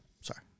sorry